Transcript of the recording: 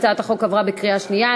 הצעת החוק עברה בקריאה שנייה.